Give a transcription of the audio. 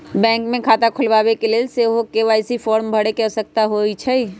bank मे खता खोलबाबेके लेल सेहो के.वाई.सी फॉर्म भरे के आवश्यकता होइ छै